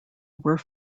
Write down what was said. were